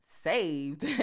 saved